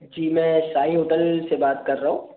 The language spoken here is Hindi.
जी मैं साई होटल से बात कर रहा हूँ